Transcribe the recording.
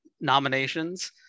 nominations